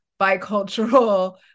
bicultural